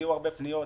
הגיעו הרבה פניות,